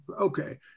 Okay